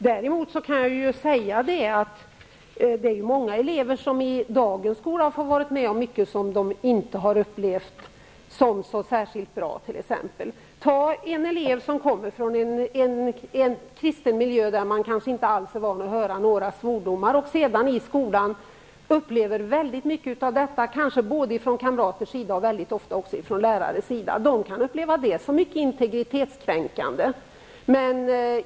Däremot kan jag säga att många elever i dagens skola får vara med om mycket som de inte upplever som särskilt bra. Jag kan exempelvis nämna elever som kommer från en kristen miljö, där de kanske inte alls är vana vid att höra svordomar, men som sedan i skolan hör sådana av kamrater och ofta av lärare. De kan uppleva det som integritetskränkande.